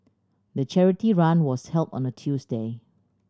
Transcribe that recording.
the charity run was held on a Tuesday